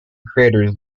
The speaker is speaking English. craters